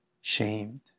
shamed